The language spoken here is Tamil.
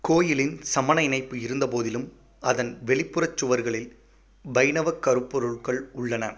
கோயிலின் சமண இணைப்பு இருந்தபோதிலும் அதன் வெளிப்புற சுவர்களில் வைணவ கருப்பொருட்கள் உள்ளன